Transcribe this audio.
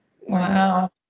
Wow